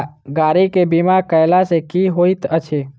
गाड़ी केँ बीमा कैला सँ की होइत अछि?